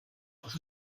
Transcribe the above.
aus